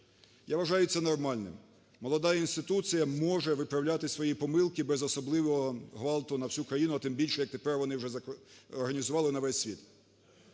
Я вважаю це нормальним, молода інституція може виправляти свої помилки без особливого ґвалту на всю країни, а тим більше, як тепер вони вже організували на весь світ.